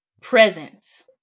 Presence